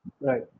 right